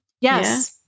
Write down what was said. yes